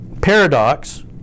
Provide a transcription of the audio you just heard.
paradox